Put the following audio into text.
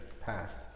past